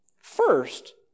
First